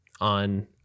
on